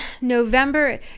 November